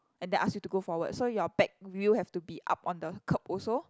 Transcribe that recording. and then ask you to go forward so your back wheel have to be up on the curb also